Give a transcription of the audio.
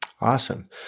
Awesome